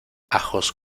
ajos